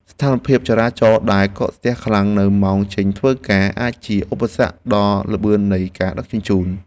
ស្ថានភាពចរាចរណ៍ដែលកកស្ទះខ្លាំងនៅម៉ោងចេញធ្វើការអាចជាឧបសគ្គដល់ល្បឿននៃការដឹកជញ្ជូន។